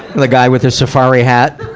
the guy with the safari hat?